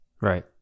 right